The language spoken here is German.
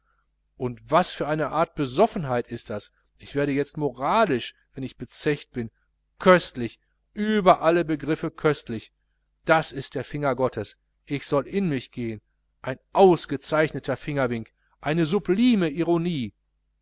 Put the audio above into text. und was für eine art besoffenheit das ist ich werde jetzt moralisch wenn ich bezecht bin köstlich über alle begriffe köstlich das ist der finger gottes ich soll in mich gehen ein ausgezeichneter fingerwink eine sublime ironie